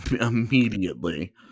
immediately